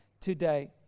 today